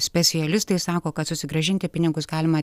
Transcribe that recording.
specialistai sako kad susigrąžinti pinigus galima